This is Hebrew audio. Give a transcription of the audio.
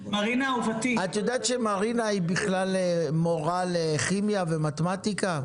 את יודעת שמרינה היא בכלל מורה לכימיה ומתמטיקה?